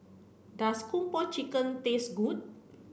does Kung Po Chicken taste good